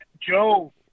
Joe